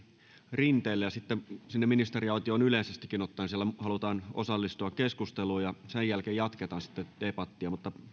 rinteelle ja sitten ministeriaitioon yleisestikin ottaen siellä halutaan osallistua keskusteluun sen jälkeen jatketaan sitten debattia